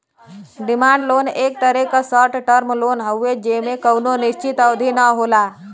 demand loan एक तरे क शार्ट टर्म लोन हउवे जेमे कउनो निश्चित अवधि न होला